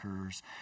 occurs